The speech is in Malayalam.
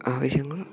ആവശ്യങ്ങൾ